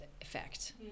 effect